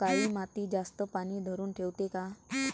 काळी माती जास्त पानी धरुन ठेवते का?